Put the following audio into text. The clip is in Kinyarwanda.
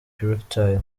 erectile